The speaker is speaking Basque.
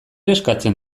eskatzen